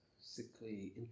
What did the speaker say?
sickly